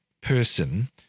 person